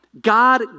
God